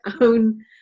own